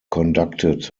conducted